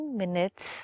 minutes